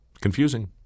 Confusing